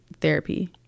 therapy